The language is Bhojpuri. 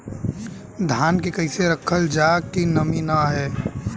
धान के कइसे रखल जाकि नमी न आए?